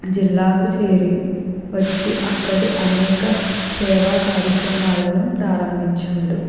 జిల్లాకు చేరి వచ్చి అక్కడే అనేక సేవా కార్యక్రమాలను ప్రారంభించాడు